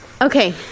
Okay